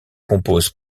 compose